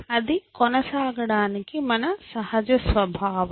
అది కొనసాగడానికి మన సహజ స్వభావం